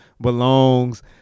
belongs